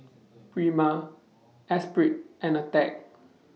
Prima Esprit and Attack